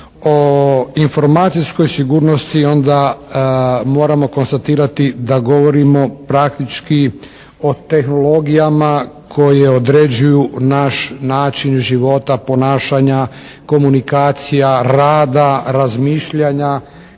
o informacijskoj sigurnosti onda moramo konstatirati da govorimo praktički o tehnologijama koje određuju naš način života, ponašanja, komunikacija, rada, razmišljanja